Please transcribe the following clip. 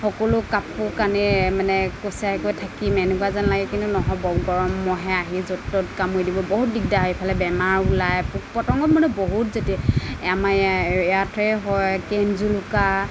সকলো কাপোৰ কানি মানে কোচাই কৰি থাকিম এনেকুৱা যেন লাগে কিন্তু নহ'ব গৰম মহে আহি য'ত ত'ত কামুৰি দিব বহুত দিগদাৰ এইফালে বেমাৰ ওলায় পোক পতংগ মানে বহুত যেতিয়া আমাৰ ইয়া ইয়াতে হয় কেনজেলুকা